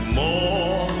more